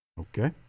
Okay